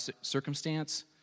circumstance